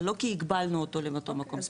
אבל לא כי הגבלנו אותו לאותו מקום ספציפי.